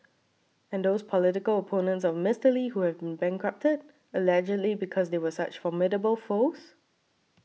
and those political opponents of Mister Lee who have been bankrupted allegedly because they were such formidable foes